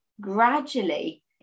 gradually